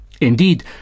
Indeed